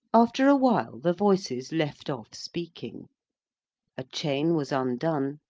after a while, the voices left off speaking a chain was undone,